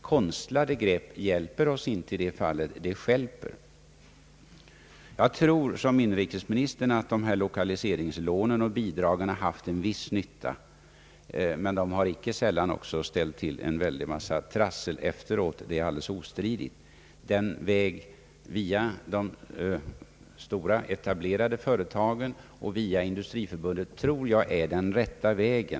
Konstlade grepp hjälper oss inte i det fallet, de stjälper. Jag tror som inrikesministern att lokaliseringslånen och bidragen har gjort en viss nytta, men de har inte sällan ställt till en massa trassel efteråt, det är alldeles ostridigt. Att gå via de stora etablerade företagen och via Industriförbundet tror jag alltså är riktigt.